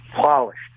polished